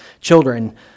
children